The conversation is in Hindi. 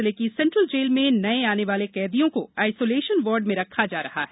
जिले की सेंट्रल जेल में नये आने वाले कैदियों को आइसोलेशन वार्ड में रखा जा रहा है